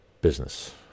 business